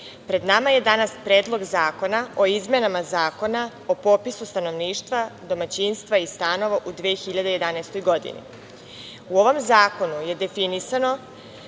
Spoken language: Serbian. pred nama je danas Predlog zakona o izmenama zakona o popisu stanovništva, domaćinstva i stanova u 2011. godini.U ovom Zakonu je definisano